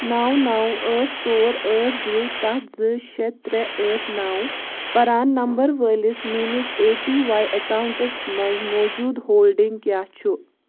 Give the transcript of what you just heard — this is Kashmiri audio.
نو نو ٲٹھ ژور ٲٹھ زٕ ستھ زٕ شےٚ ترٛےٚ ٲٹھ نو پران نمبر وٲلِس میٲنِس اے پی واے اکاؤنٹس مَنٛز موٗجوٗدٕ ہولڈنگ کیٛاہ چھُ؟